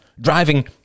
Driving